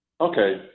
Okay